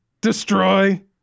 destroy